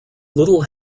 little